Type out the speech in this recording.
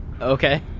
Okay